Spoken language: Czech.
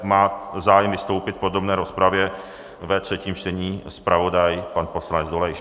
Má zájem vystoupit v podrobné rozpravě ve třetím čtení zpravodaj pan poslanec Dolejš.